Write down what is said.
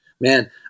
Man